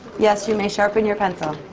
yes, you may sharpen your pencil.